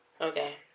Okay